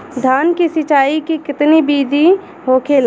धान की सिंचाई की कितना बिदी होखेला?